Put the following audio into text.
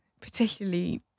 particularly